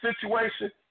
situation